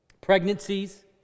Pregnancies